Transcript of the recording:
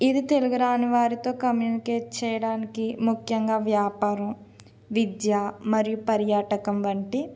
ఇది తెలుగు రాని వారితో కమ్యూనికేట్ చేయడానికి ముఖ్యంగా వ్యాపారం విద్య మరియు పర్యాటకం వంటి